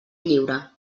lliure